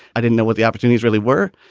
i didn't know what the opportunities really were.